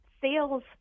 sales